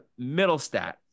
Middlestat